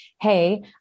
Hey